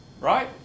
right